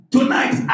Tonight